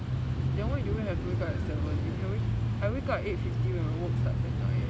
then why do you have to wake up at seven you can I wake up at eight fifty when my work starts at nine eh